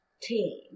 team